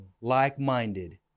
like-minded